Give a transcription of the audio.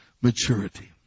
maturity